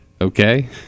okay